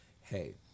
hey